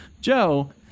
Joe